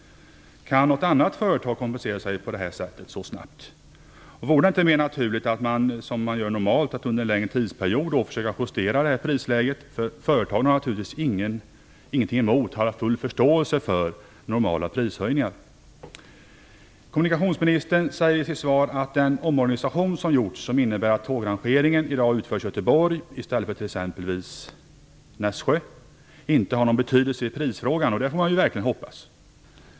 Kan något annat företag kompensera sig på det sättet, så snabbt? Vore det inte mer naturligt att man under en längre tidsperiod justerar prisläget, som man normalt gör? Företagen har naturligtvis full förståelse för normala prishöjningar. Kommunikationsministern säger i sitt svar att den omorganisation som har gjorts, som innebär att tågrangeringen i dag utförs i Göteborg i stället för t.ex. i Nässjö, inte har någon betydelse för priset. Det får man verkligen hoppas.